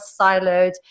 siloed